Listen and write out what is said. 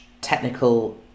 technical